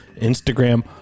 Instagram